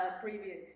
previous